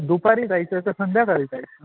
दुपारी जायचं आहे का संध्याकाळी जायचं